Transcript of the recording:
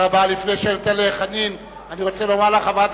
לפני שאני נותן לחנין אני רוצה לומר לחברת